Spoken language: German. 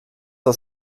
der